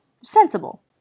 Sensible